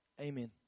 Amen